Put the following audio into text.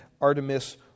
Artemis